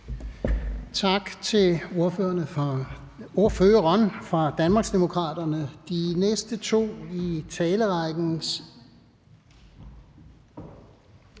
Tak til ordføreren for Moderaterne. Den næste i talerrækken